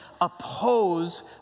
oppose